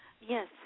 Yes